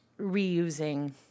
reusing